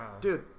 Dude